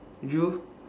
you